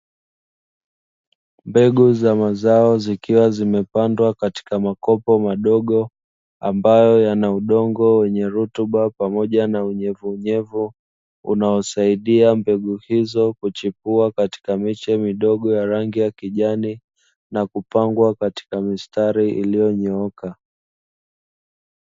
Mbegu za mazao zikiwa zimepandwa katika makopo madogo, ambayo yana udongo wenye rutuba pamoja na unyevuunyevu unaosaidia mbegu hizo kuchipua katika miche midogo ya rangi ya kijani. Na kupandwa katika mistari iliyonyooka.